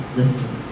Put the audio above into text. listen